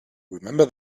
remember